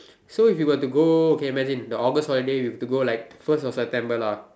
so if you were to go K imagine the August holiday we have to go like first of September lah